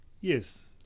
Yes